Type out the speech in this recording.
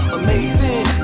amazing